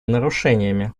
нарушениями